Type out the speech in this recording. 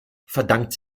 verdankt